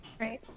Right